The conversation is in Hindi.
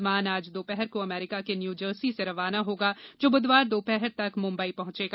विमान आज दोपहर को अमेरिका के न्यूजर्सी से रवाना होगा जो बुधवार दोपहर तक मुंबई पहुंचेगा